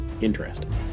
Interesting